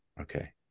Okay